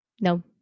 No